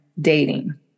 dating